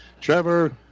Trevor